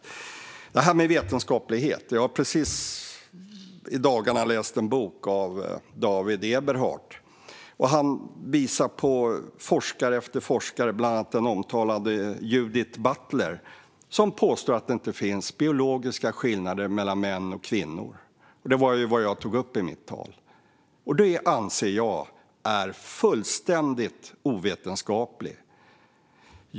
Men vad gäller detta att det inte vilar på vetenskaplig grund har jag precis i dagarna läst en bok av David Eberhard. Han visar på forskare efter forskare, bland andra den omtalade Judith Butler, som påstår att det inte finns biologiska skillnader mellan män och kvinnor. Det var vad jag tog upp i mitt anförande. Det anser jag är fullständigt ovetenskapligt.